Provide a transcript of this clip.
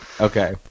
Okay